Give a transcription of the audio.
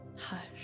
Hush